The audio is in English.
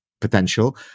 potential